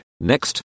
Next